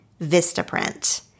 Vistaprint